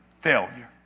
Failure